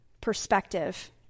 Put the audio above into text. perspective